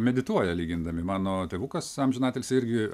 medituoja lygindami mano tėvukas amžinatilsį irgi